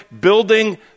building